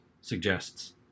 suggests